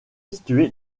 situé